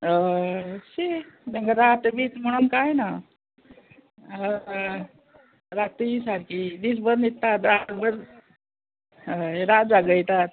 हय रात जागयतात शी तांकां रात बी म्हणून कांय ना हय रातीय सारकी दीसभर न्हिदतात रातभर हय रात जागयतात